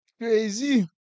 crazy